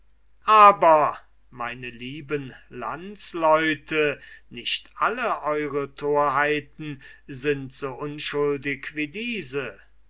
aber meine lieben landsleute nicht alle eure torheiten sind so unschuldig wie diese